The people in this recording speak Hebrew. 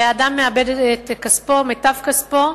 ואדם מאבד את מיטב כספו,